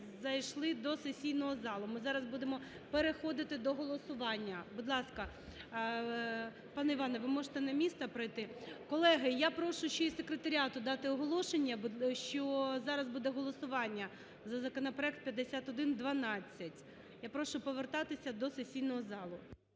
зайшли до сесійного залу, ми зараз будемо переходити до голосування. Будь ласка, пане Іване, ви можете на місце пройти. Колеги, я прошу ще й секретаріату дати оголошення, що зараз буде голосування за законопроект 5112. Я прошу повертатися до сесійного залу.